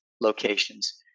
locations